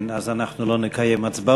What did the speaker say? כן, אז אנחנו לא נקיים הצבעות.